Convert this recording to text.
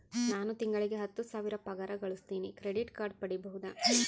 ನಾನು ತಿಂಗಳಿಗೆ ಹತ್ತು ಸಾವಿರ ಪಗಾರ ಗಳಸತಿನಿ ಕ್ರೆಡಿಟ್ ಕಾರ್ಡ್ ಪಡಿಬಹುದಾ?